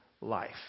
life